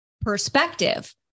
perspective